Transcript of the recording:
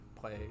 play